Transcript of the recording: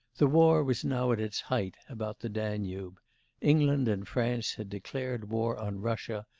the war was now at its height about the danube england and france had declared war on russia,